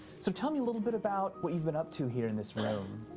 so tell me a little bit about what you've been up to here in this room.